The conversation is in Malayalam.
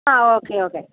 ആ ഓക്കേ ഓക്കേ